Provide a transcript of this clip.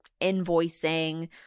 invoicing